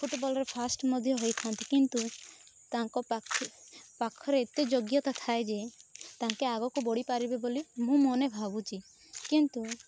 ଫୁଟବଲ୍ରେ fast ମଧ୍ୟ ହେଇଥାନ୍ତି କିନ୍ତୁ ତାଙ୍କ ପାଖରେ ଏତେ ଯୋଗ୍ୟତା ଥାଏ ଯେ ତାଙ୍କେ ଆଗକୁ ବଢ଼ିପାରିବେ ବୋଲି ମୁଁ ମନେ ଭାବୁଛି କିନ୍ତୁ